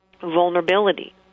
Vulnerability